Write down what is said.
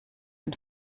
ein